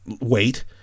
wait